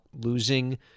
losing